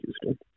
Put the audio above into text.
Houston